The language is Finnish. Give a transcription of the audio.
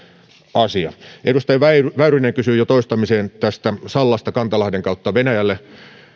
asia edustaja väyrynen kysyi jo toistamiseen sallasta kantalahden kautta venäjälle